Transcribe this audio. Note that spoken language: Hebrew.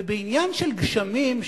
ובעניין של גשמים,